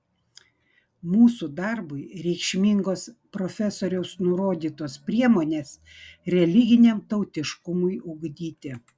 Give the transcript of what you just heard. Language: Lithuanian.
mūsų darbui reikšmingos profesoriaus nurodytos priemonės religiniam tautiškumui ugdyti